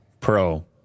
Pro